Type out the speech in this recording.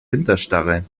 winterstarre